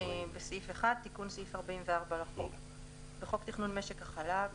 תיקון סעיף 44 1. בחוק תכנון משק החלב,